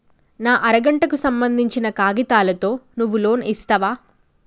నా అర గంటకు సంబందించిన కాగితాలతో నువ్వు లోన్ ఇస్తవా?